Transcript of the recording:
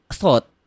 thought